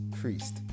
priest